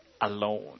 alone